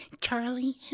Charlie